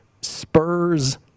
Spurs